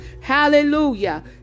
Hallelujah